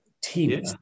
team